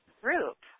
group